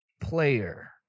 player